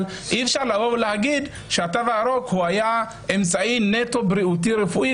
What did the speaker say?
אבל אי-אפשר להגיד שהתו הירוק היה אמצעי נטו בריאותי-רפואי,